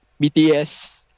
BTS